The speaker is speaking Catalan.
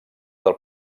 del